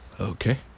Okay